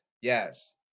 Yes